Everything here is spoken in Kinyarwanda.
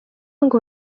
ngo